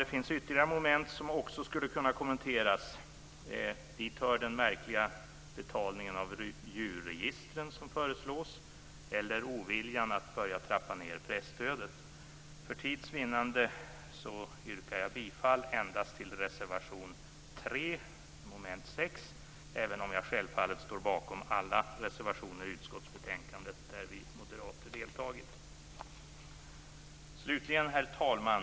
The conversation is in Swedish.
Det finns ytterligare moment som också skulle kunna kommenteras. Dit hör den märkliga betalningen av djurregistren som föreslås eller oviljan att börja trappa ned presstödet. För tids vinnande yrkar jag bifall endast till reservation 3 under mom. 6, även om jag självfallet står bakom alla reservationer i utskottsbetänkandet som vi moderater undertecknat. Herr talman!